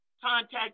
contact